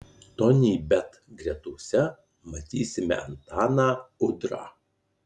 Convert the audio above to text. tonybet gretose matysime antaną udrą